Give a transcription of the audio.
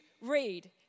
read